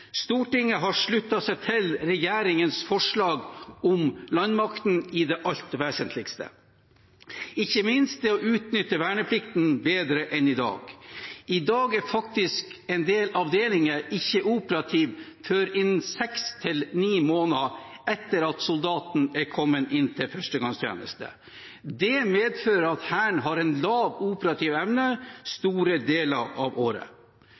Stortinget har sluttet seg til regjeringens forslag om landmakten i det alt vesentlige, ikke minst det å utnytte verneplikten bedre enn i dag. I dag er faktisk en del avdelinger ikke operative før innen seks–ni måneder etter at soldaten er kommet inn til førstegangstjeneste. Det medfører at Hæren har en lav operativ evne store deler av året.